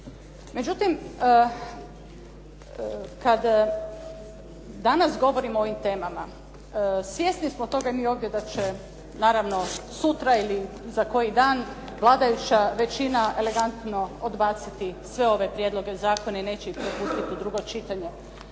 Međutim, kad danas govorimo o ovim temama svjesni smo toga i mi ovdje da će naravno sutra ili za koji dan vladajuća većina elegantno odbaciti sve ove prijedloge zakona i neće ih propustiti u drugo čitanje.